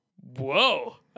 whoa